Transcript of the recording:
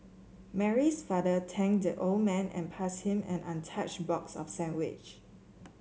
Mary's father thanked the old man and passed him an untouched box of sandwiches